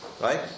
Right